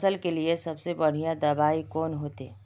फसल के लिए सबसे बढ़िया दबाइ कौन होते?